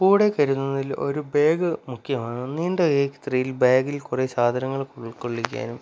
കൂടെ കരുതുന്നതിൽ ഒരു ബാഗ് മുഖ്യമാണ് നീണ്ട യാത്രയിൽ ബാഗിൽ കുറേ സാധനങ്ങൾ ഉൾക്കൊള്ളിക്കാനും